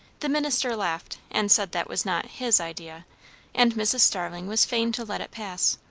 the minister laughed and said that was not his idea and mrs. starling was fain to let it pass.